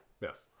Yes